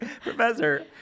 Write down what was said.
Professor